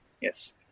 yes